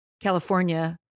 California